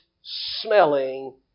smelling